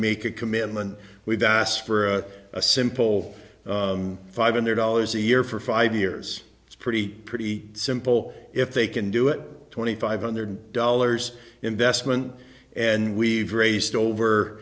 make a commitment we've asked for a simple five hundred dollars a year for five years it's pretty pretty simple if they can do it twenty five hundred dollars investment and we've raised over